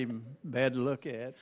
even bad to look at